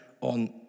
on